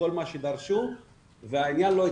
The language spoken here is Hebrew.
כל מה שדרשו והעניין לא הצליח,